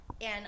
-and